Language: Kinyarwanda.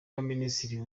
abaminisitiri